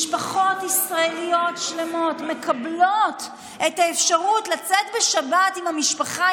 משפחות ישראליות שלמות מקבלות את האפשרות לצאת בשבת עם המשפחה,